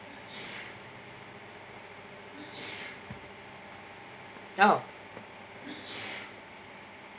no